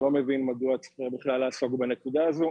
אני לא מבין מדוע צריך היה בכלל לעסוק בנקודה הזו,